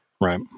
Right